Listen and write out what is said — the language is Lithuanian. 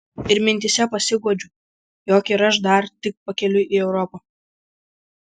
ir mintyse pasiguodžiu jog ir aš dar tik pakeliui į europą